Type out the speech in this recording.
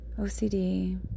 OCD